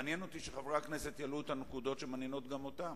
מעניין אותי שחברי הכנסת יעלו את הנקודות שמעניינות גם אותם.